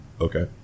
okay